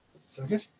second